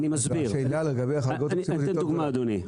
השאלה לגבי חריגות תקציביות יותר גדולה.